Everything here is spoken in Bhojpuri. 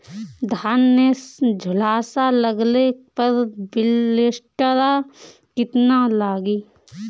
धान के झुलसा लगले पर विलेस्टरा कितना लागी?